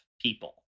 people